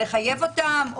או לחייב אותם,